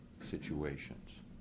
situations